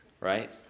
right